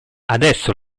adesso